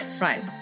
Right